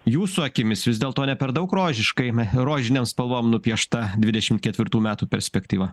jūsų akimis vis dėlto ne per daug rožiškai na rožinėm spalvom nupiešta dvidešimt ketvirtų metų perspektyva